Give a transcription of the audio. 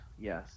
Yes